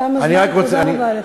חבר הכנסת זאב, תודה רבה לך.